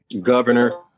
Governor